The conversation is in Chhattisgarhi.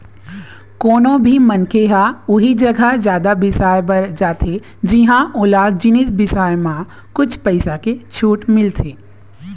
कोनो भी मनखे ह उही जघा जादा बिसाए बर जाथे जिंहा ओला जिनिस बिसाए म कुछ पइसा के छूट मिलथे